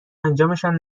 انجامشان